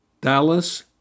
Dallas